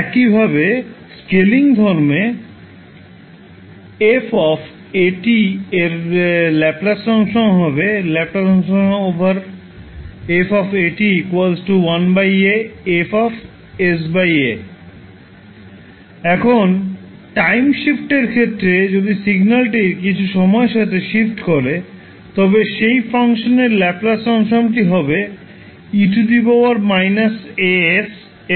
একইভাবে স্কেলিংয়ের ধর্মে f 𝑎𝑡 এর ল্যাপ্লাস ট্রান্সফর্ম হবে ℒ 𝑓 𝑎𝑡 1a𝐹 𝑠a এখন টাইম শিফ্টের ক্ষেত্রে যদি সিগন্যালটি কিছু সময়ের সাথে শিফট করে তবে সেই ফাংশনের ল্যাপ্লাস ট্রান্সফর্মটি হবে 𝑒 − 𝑎𝑠𝐹 𝑠